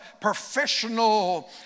professional